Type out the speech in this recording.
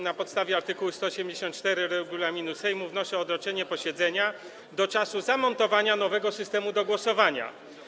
Na podstawie art. 184 regulaminu Sejmu wnoszę o odroczenie posiedzenia do czasu zamontowania nowego systemu do głosowania.